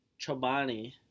Chobani